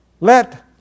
Let